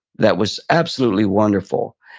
that was absolutely wonderful.